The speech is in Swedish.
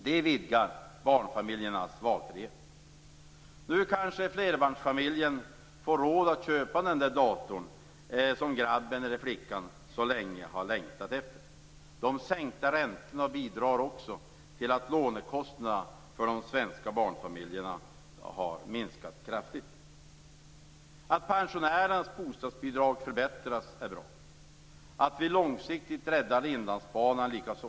Det vidgar barnfamiljernas valfrihet. Nu kanske flerbarnsfamiljen får råd att köpa datorn som grabben eller flickan så länge har längtat efter. De sänkta räntorna har också bidragit till att lånekostnaderna för de svenska barnfamiljerna har minskat kraftigt. Att pensionärernas bostadsbidrag förbättras är bra, och att vi långsiktigt räddar Inlandsbanan likaså.